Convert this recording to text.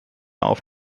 auf